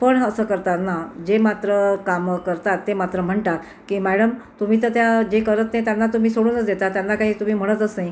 पण असं करताना जे मात्र कामं करतात ते मात्र म्हणतात की मॅडम तुम्ही तर त्या जे करत नाही त्यांना तुम्ही सोडूनच देता त्यांना काही तुम्ही म्हणतच नाही